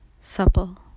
supple